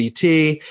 CT